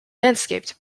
landscaped